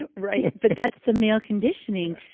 and right. but that's the male conditioning.